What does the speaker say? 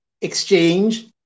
Exchange